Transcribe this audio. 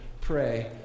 pray